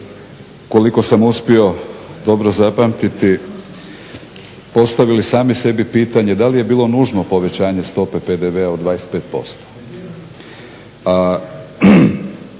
koliko sam uspio dobro zapamtiti postavili sami sebi pitanje, da li je bilo nužno povećanje stope PDV-a od 25%.